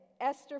Esther